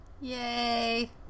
Yay